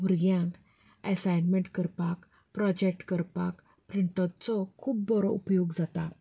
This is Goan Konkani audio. भुरग्यांक एसायमेंट करपाक प्रोजेक्ट करपाक प्रिंटरचो खूब बरो उपयोग जाता